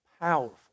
powerful